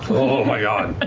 oh my god! but